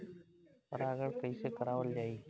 परागण कइसे करावल जाई?